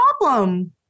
problem